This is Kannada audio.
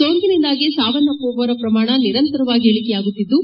ಸೋಂಕಿನಿಂದಾಗಿ ಸಾವನ್ನಪ್ಪುವವರ ಪ್ರಮಾಣ ನಿರಂತರವಾಗಿ ಇಳಿಕೆಯಾಗುತ್ತಿದ್ದು